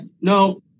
no